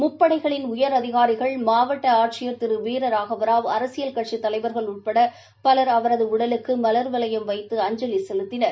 முப்படைகளின் உயரதிகாரிகள் மாவட்டஆட்சியர் திருவீரராகவராவ் அரசியல் கட்சித் தலைவர்கள் உட்படபலர் மலர் வளையம் வைத்து அஞ்சலிசெலுத்தினர்